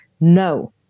No